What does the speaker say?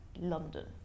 London